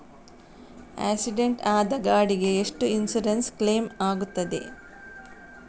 Accident ಆದ ಗಾಡಿಗೆ ಎಷ್ಟು ಇನ್ಸೂರೆನ್ಸ್ ಕ್ಲೇಮ್ ಆಗ್ತದೆ?